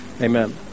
Amen